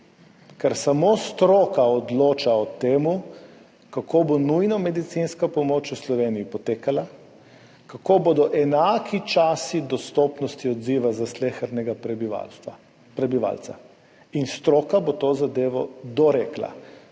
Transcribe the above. ker samo stroka odloča o tem, kako bo nujna medicinska pomoč v Sloveniji potekala, kako bodo enaki časi dostopnosti odziva za slehernega prebivalca in stroka bo to zadevo dorekla.